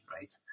right